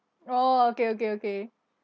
oh okay okay okay